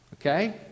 Okay